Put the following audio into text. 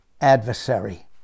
adversary